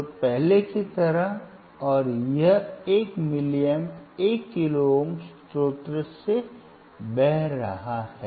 तो पहले की तरह और यह 1 मिलीएम्प 1 किलो ओम स्रोत से बह रहा है